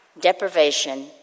deprivation